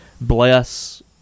bless